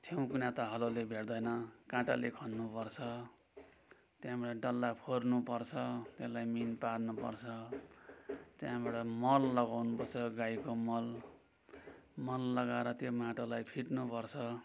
छेउकुना त हलोले भेट्दैन काँटाले खन्नु पर्छ त्यहाँबाट डल्ला फोर्नु पर्छ त्यसलाई मिहिन पार्नु पर्छ त्यहाँबाट मल लगाउनु पर्छ गाईको मल मल लगाएर त्यो माटोलाई फिट्नु पर्छ